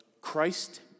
Christ